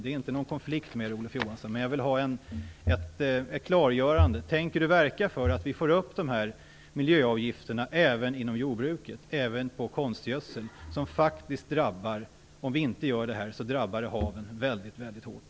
Det här är ingen konflikt, Olof Johansson, men jag vill ha ett klargörande: Tänker Olof Johansson verka för att vi får upp miljöavgifterna även inom jordbruket och även på konstgödsel? Om vi inte får det drabbar det haven väldigt hårt.